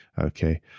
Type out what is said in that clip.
Okay